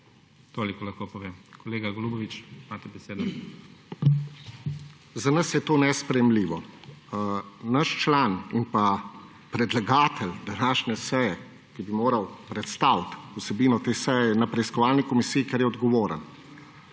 Toliko lahko povem. Kolega Golubović, imate besedo. **BRANE GOLUBOVIĆ (PS LMŠ):** Za nas je to nesprejemljivo. Naš član in predlagatelj današnje seje, ki bi moral predstaviti vsebino te seje, je na preiskovalni komisiji, ker je odgovoren.